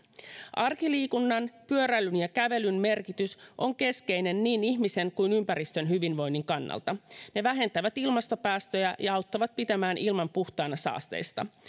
arkiliikunnan pyöräilyn ja kävelyn merkitys on keskeinen niin ihmisen kuin ympäristön hyvinvoinnin kannalta ne vähentävät ilmastopäästöjä ja auttavat pitämään ilman puhtaana saasteista